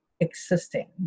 existing